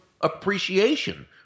appreciation